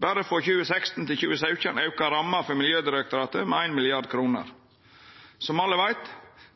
Berre frå 2016 til 2017 auka ramma for Miljødirektoratet med 1 mrd. kr. Som alle veit: